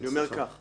הוא מפחד פחד מוות.